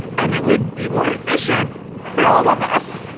and it would be more efficient for all of us.